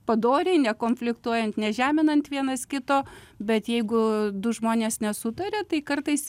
padoriai nekonfliktuojant nežeminant vienas kito bet jeigu du žmonės nesutaria tai kartais